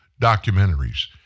documentaries